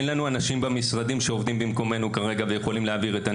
אין לנו אנשים במשרדים שעובדים במקומנו כרגע ויכולים להעביר את הנתונים.